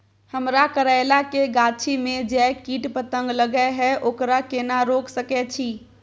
हमरा करैला के गाछी में जै कीट पतंग लगे हैं ओकरा केना रोक सके छी?